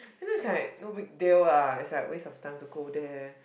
this is like no big deal lah it's like waste of time to go there